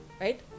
right